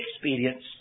experience